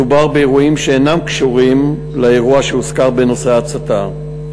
מדובר באירועים שאינם קשורים לאירוע שנזכר בנושא ההצתה.